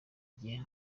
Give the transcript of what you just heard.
gihe